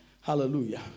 Hallelujah